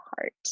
heart